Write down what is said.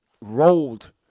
rolled